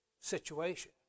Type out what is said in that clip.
situation